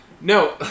No